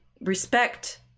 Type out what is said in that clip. respect